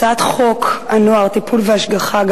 הצעת חוק הנוער (טיפול והשגחה) (תיקון